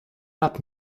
rap